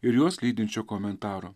ir juos lydinčio komentaro